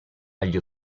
agli